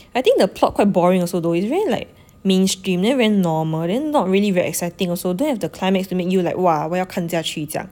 I think the plot quite boring also though is really like mainstream then very normal then not really very exciting also don't have the climax to make you like !wah! 我要看下去这样